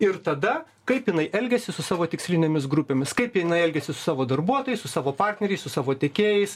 ir tada kaip jinai elgiasi su savo tikslinėmis grupėmis kaip jinai elgiasi savo darbuotojais su savo partneriais su savo tiekėjais